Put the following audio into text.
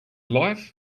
life